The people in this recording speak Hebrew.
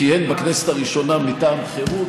כיהן בכנסת הראשונה מטעם חרות,